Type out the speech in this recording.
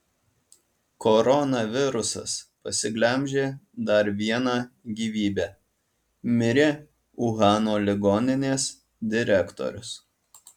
koronavirusas pasiglemžė dar vieną gyvybę mirė uhano ligoninės direktorius